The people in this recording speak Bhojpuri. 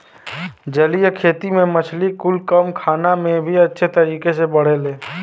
जलीय खेती में मछली कुल कम खाना में भी अच्छे तरीके से बढ़ेले